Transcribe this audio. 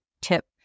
tip